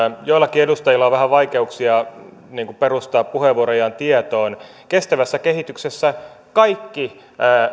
joillakin edustajilla on vähän vaikeuksia perustaa puheenvuorojaan tietoon kestävässä kehityksessä kaikki